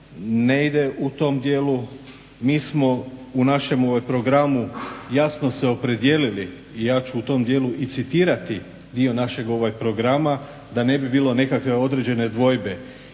ne ide u tom dijelu. Mi smo u našem programu jasno se opredijelili i ja ću u tom dijelu i citirati dio našeg programa da ne bi bilo nekakve određene dvojbe.